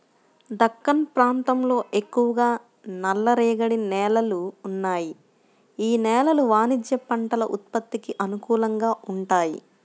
దక్కన్ ప్రాంతంలో ఎక్కువగా నల్లరేగడి నేలలు ఉన్నాయి, యీ నేలలు వాణిజ్య పంటల ఉత్పత్తికి అనుకూలంగా వుంటయ్యి